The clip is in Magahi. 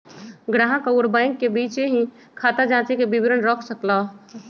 ग्राहक अउर बैंक के बीचे ही खाता जांचे के विवरण रख सक ल ह